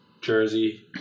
Jersey